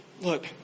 look